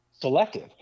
selective